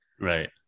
Right